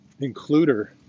includer